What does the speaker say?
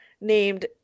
named